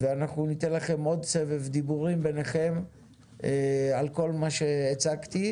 ואנחנו ניתן לכם עוד סבב דיבורים ביניכם על כל מה שהצגתי.